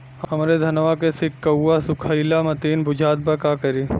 हमरे धनवा के सीक्कउआ सुखइला मतीन बुझात बा का करीं?